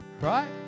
Right